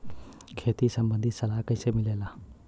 खेती संबंधित सलाह कैसे मिलेला?